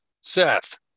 Seth